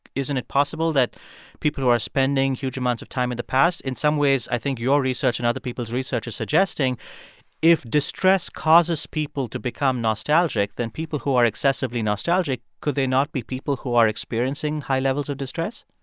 isn't it possible that people who are spending huge amounts of time in the past in some ways i think your research and other people's research are suggesting if distress causes people to become nostalgic, then people who are excessively nostalgic, could they not be people who are experiencing high levels of distress?